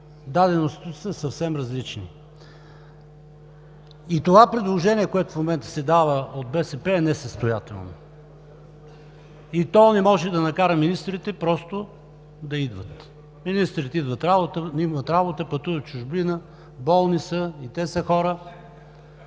даденостите са съвсем различни. Това предложение, което се дава в момента от БСП, е несъстоятелно. То не може да накара министрите просто да идват. Министрите имат работа, пътуват в чужбина, болни са, и те са хора.